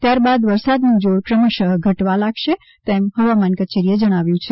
ત્યાર બાદ વરસાદ નું જોર ક્રમશઃ ઘટવા લાગશે તેમ હવામાન કચેરી એ જણાવ્યુ છે